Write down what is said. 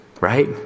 right